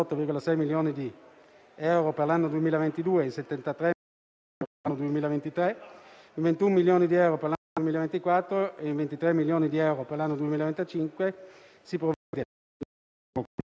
8.876,522 milioni di euro per l'anno 2021 e 53,8 milioni di euro per l'anno 2023, mediante utilizzo di quota parte delle maggiori entrate e minori spese derivanti